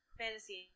fantasy